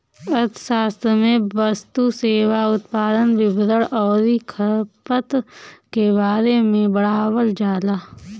अर्थशास्त्र में वस्तु, सेवा, उत्पादन, वितरण अउरी खपत के बारे में पढ़ावल जाला